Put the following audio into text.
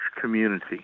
community